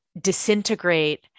disintegrate